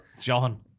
John